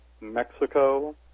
Mexico